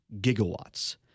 gigawatts